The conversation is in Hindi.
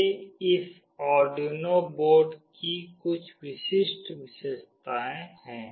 ये इस आर्डुइनो बोर्ड की कुछ विशिष्ट विशेषताएं हैं